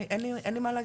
אין לי מה להוסיף.